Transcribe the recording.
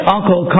Uncle